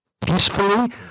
peacefully